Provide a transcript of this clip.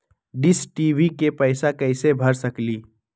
Dish TV के पैईसा कईसे भर सकली?